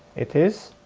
it is.